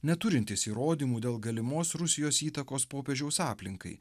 neturintys įrodymų dėl galimos rusijos įtakos popiežiaus aplinkai